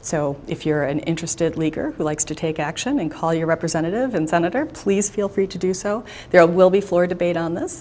so if you're an interested leader who likes to take action and call your representative and senator please feel free to do so there will be floor debate on this